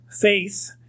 Faith